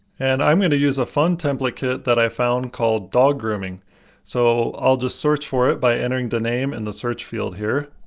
and i'm going to use a fun template kit that i found called. dog grooming so i'll just search for it by entering the name in the search field here.